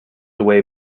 away